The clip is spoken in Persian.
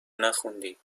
نخوندی